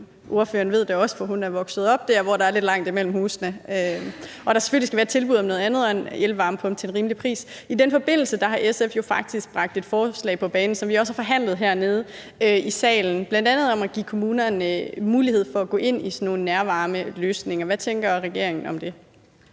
Ordføreren ved det også, for hun er vokset op der, hvor der er lidt langt imellem husene. Og der skal selvfølgelig være et tilbud om noget andet og en elvarmepumpe til en rimelig pris. I den forbindelse har SF faktisk bragt et forslag på banen, som vi også har debatteret hernede i salen, bl.a. om at give kommunerne mulighed for at gå ind i sådan nogle nærvarmeløsninger. Hvad tænker ordføreren om det?